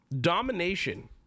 domination